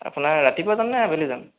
আপোনাৰ ৰাতিপুৱা যামনে আবেলি যাম